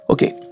Okay